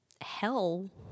Hell